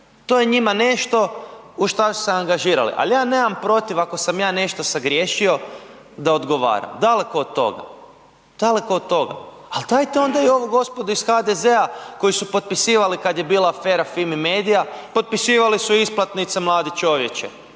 to je njima nešto u šta su se angažirali, ali ja nemam protiv ako sam ja nešto sagriješio da odgovaram, daleko od toga, daleko od toga, ali dajte onda i ovu gospodu iz HDZ-a koji su potpisivali kad je bila afera Fimi medija, potpisivali su isplatnice mladi čovječe,